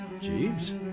Jeeves